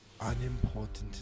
unimportant